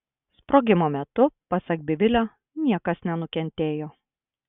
sprogimo metu pasak bivilio niekas nenukentėjo